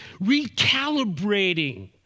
Recalibrating